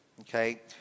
Okay